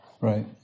Right